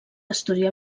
estudià